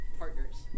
partners